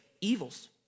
evils